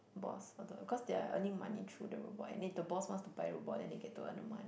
boss or the cause they are earning money through the robot and then if the boss wants to buy robot then they get to earn the money